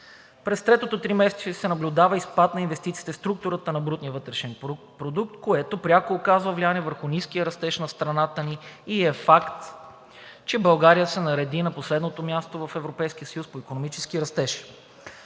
През третото тримесечие се наблюдава и спад на инвестициите в структурата на брутния вътрешен продукт, което пряко оказва влияние върху ниския растеж на страната ни и е факт, че България се нареди на последното място в Европейския съюз по икономически растеж.